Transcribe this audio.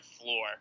floor